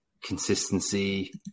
consistency